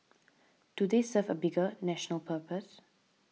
do they serve a bigger national purpose